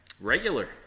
regular